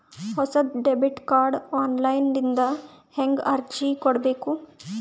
ಹೊಸ debit card online ದಿಂದ ಹೇಂಗ ಅರ್ಜಿ ಕೊಡಬೇಕು?